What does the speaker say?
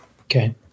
Okay